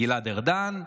גלעד ארדן.